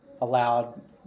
allowed